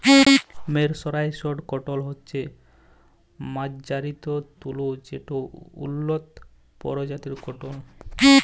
mercerised cotton হছে মাজ্জারিত তুলা যেট উল্লত পরজাতির কটল